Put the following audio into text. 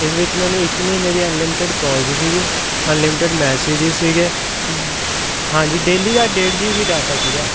ਇਸ ਵਿੱਚ ਮੈਨੂੰ ਇੱਕ ਮਹੀਨੇ ਦੀ ਅਨਲਿਮਟਡ ਕੌਲਜ ਸੀਗੀ ਅਨਲਿਮਟਡ ਮੈਸਿਜਸ ਸੀਗੇ ਹਾਂਜੀ ਡੇਲੀ ਦਾ ਡੇਢ ਜੀ ਬੀ ਡਾਟਾ ਸੀਗਾ